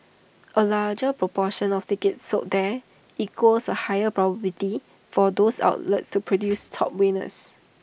A larger proportion of tickets sold there equals A higher probability for those outlets to produce top winners